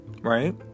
right